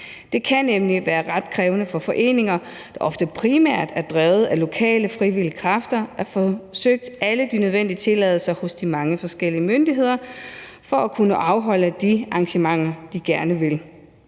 Det kan nemlig være ret krævende for foreninger, der ofte primært er drevet af lokale frivillige kræfter, at få søgt alle de nødvendige tilladelser hos de mange forskellige myndigheder for at kunne afholde arrangementer, som de gerne vil.